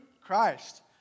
Christ